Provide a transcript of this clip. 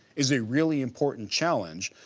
is a really important challenge,